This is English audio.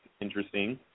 interesting